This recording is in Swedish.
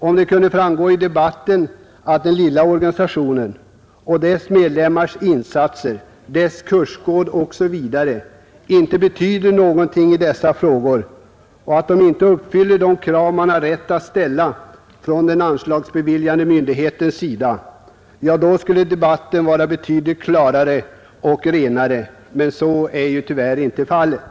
Om någon med fog kunde hävda att den lilla organisationen och dess medlemmars insatser, dess kurser osv. inte betyder någonting i jaktvårdsarbetet i vårt land och inte uppfyller de krav man har rätt att ställa från anslagsbeviljande myndigheters sida, då skulle debatten vara betydligt klarare och renare, men så är ju inte fallet.